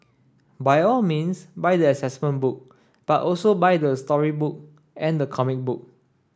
by all means buy the assessment book but also buy the storybook and the comic book